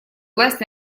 власть